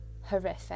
horrific